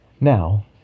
Now